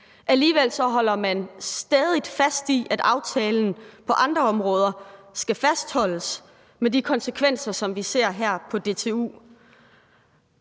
Alligevel holder man stædigt fast i, at aftalen på andre områder skal fastholdes med de konsekvenser, som vi ser her på DTU.